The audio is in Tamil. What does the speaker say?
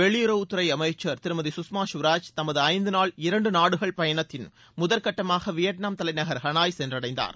வெளியுறவுத்துறை அமைச்சர் திருமதி சுஷ்மா சுவராஜ் தமது ஐந்து நாள் இரண்டு நாடுகள் பயணத்தின் முதல் கட்டமாக வியட்நாம் தலைநகர் ஹனாய் சென்றடைந்தார்